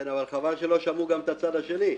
אבל חבל שלא שמעו גם את הצד השני.